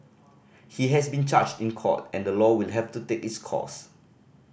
he has been charged in court and the law will have to take its course